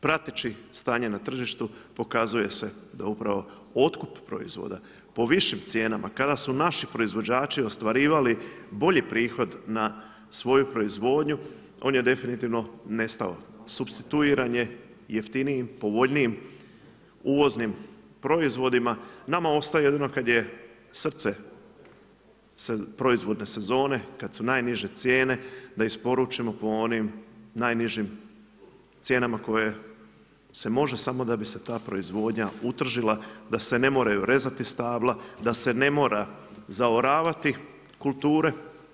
Prateći stanje na tržištu pokazuje se da upravo otkup proizvoda, po višim cijenama, kada su naši proizvođači ostvarivali bolji prihod na svoju proizvodnju, on je definitivno nestao, supstituiran je, jeftiniji, povoljniji uvoznim proizvodima, nama ostaje jedino kada je srce se proizvodne sezone, kada su najniže cijene, da isporučimo po onim najnižim cijenama koje se može samo da bi se ta proizvodnja utržila, da se ne moraju rezati stabla, da se ne mora zavaravati kulture.